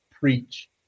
preach